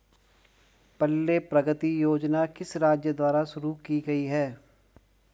पल्ले प्रगति योजना किस राज्य द्वारा शुरू की गई है?